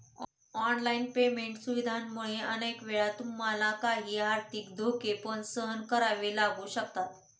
online payment सुविधांमुळे अनेक वेळा तुम्हाला काही आर्थिक धोके पण सहन करावे लागू शकतात